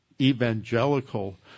evangelical